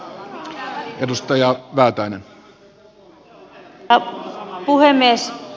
arvoisa puhemies